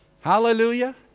Hallelujah